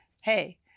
hey